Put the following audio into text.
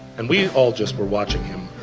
and we all just were watching him